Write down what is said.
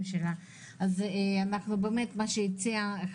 כי אני לא יודע איך לומר את זה,